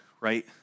right